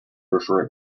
prefer